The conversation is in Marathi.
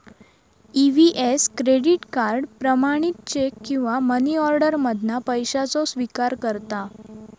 ई.वी.एस क्रेडिट कार्ड, प्रमाणित चेक किंवा मनीऑर्डर मधना पैशाचो स्विकार करता